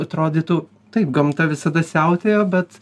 atrodytų taip gamta visada siautėjo bet